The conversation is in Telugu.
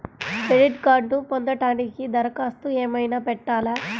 క్రెడిట్ కార్డ్ను పొందటానికి దరఖాస్తు ఏమయినా పెట్టాలా?